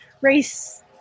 race